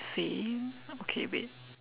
same okay wait